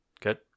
good